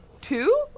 two